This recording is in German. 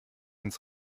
ins